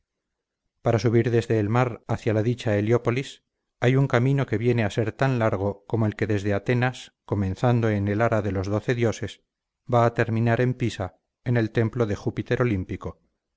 para subir desde el mar hacia la dicha heliópolis hay un camino que viene a ser tan largo como el que desde atenas comenzando en el ara de los doce dioses va a terminar en pisa en el templo de júpiter olímpico